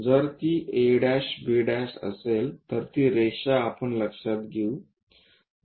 जर ती a b असेल तर ती रेषा आपण लक्षात घेऊ